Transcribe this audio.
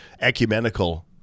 ecumenical